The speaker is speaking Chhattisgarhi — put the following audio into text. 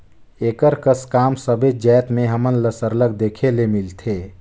एकर कस काम सबेच जाएत में हमन ल सरलग देखे ले मिलथे